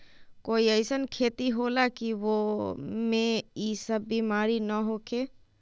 कोई अईसन खेती होला की वो में ई सब बीमारी न होखे?